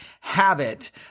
habit